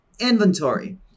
Inventory